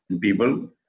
people